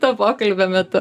to pokalbio metu